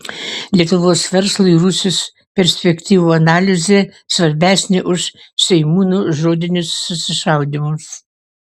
lietuvos verslui rusijos perspektyvų analizė svarbesnė už seimūnų žodinius susišaudymus